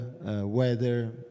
weather